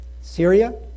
Syria